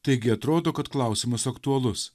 taigi atrodo kad klausimas aktualus